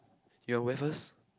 your where first